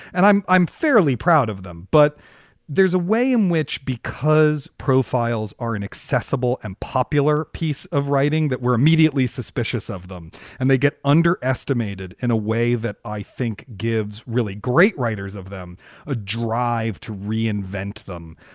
and i'm i'm fairly proud of them. but there's a way in which, because profiles are an accessible and popular piece of writing, that we're immediately suspicious of them and they get underestimated in a way that i think gives really great writers of them a drive to reinvent them.